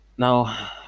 Now